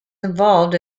involved